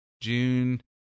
June